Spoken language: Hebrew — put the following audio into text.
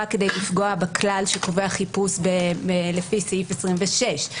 כדי לפגוע בכלל שקובע חיפוש לפי סעיף 26,